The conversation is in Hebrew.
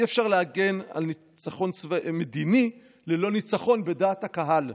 אי-אפשר להגן על ניצחון מדיני ללא ניצחון בדעת הקהל,